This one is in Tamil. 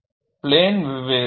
பிளேன் வெவ்வேறு